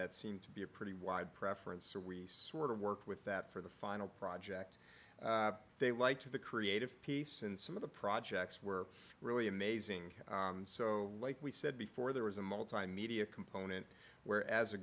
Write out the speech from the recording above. that seem to be a pretty wide preference or we sort of work with that for the final project they like to the creative piece and some of the projects were really amazing so like we said before there was a multimedia component where as a